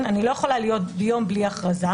אני לא יכולה להיות יום בלי הכרזה.